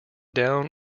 down